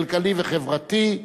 הכלכלי והחברתי.